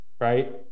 right